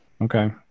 Okay